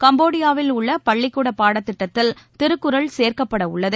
கம்போடியாவில் உள்ள பள்ளிக்கூட பாடத்திட்டத்தில் திருக்குறள் சேர்க்கப்படவுள்ளது